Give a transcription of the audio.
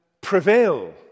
prevail